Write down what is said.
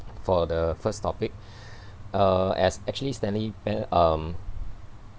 for the first topic uh as actually stanley b~ um